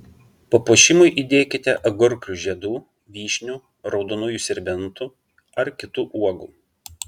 papuošimui įdėkite agurklių žiedų vyšnių raudonųjų serbentų ar kitų uogų